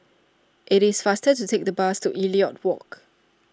it is faster to take the bus to Elliot Walk